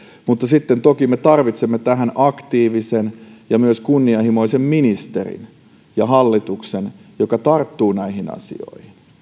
mutta sitten toki me tarvitsemme tähän myös aktiivisen ja kunnianhimoisen ministerin ja hallituksen joka tarttuu näihin asioihin